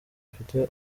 mfite